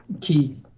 key